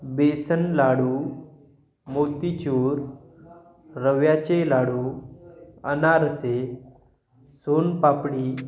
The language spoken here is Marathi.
बेसन लाडू मोतीचूर रव्याचे लाडू अनारसे सोनपापडी